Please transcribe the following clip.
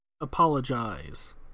apologize